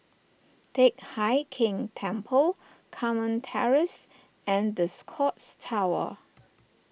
Teck Hai Keng Temple Carmen Terrace and the Scotts Tower